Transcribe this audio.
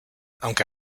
aunque